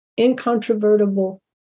incontrovertible